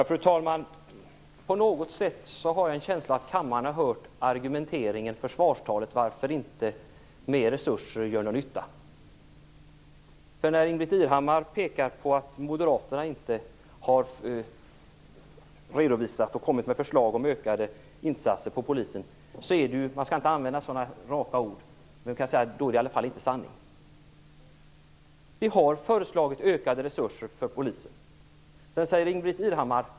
Fru talman! Jag har en känsla av att kammaren har hört argumenteringen och försvarstalet förr om varför mer resurser inte gör någon nytta. Ingbritt Irhammar pekar på att Moderaterna inte har kommit med förslag till ökade insatser till polisen. Det är inte sanning. Vi har föreslagit ökade resurser för polisen.